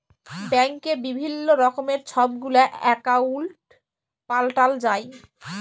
ব্যাংকে বিভিল্ল্য রকমের ছব গুলা একাউল্ট পাল্টাল যায়